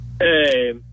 Hey